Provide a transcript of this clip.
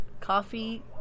Coffee